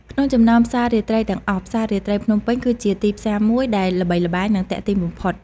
ក្នុងចំណោមផ្សាររាត្រីទាំងអស់ ផ្សាររាត្រីភ្នំពេញ គឺជាទីផ្សារមួយដែលល្បីល្បាញ និងទាក់ទាញបំផុត។